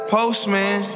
Postman